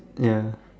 ya